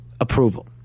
Approval